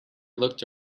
looked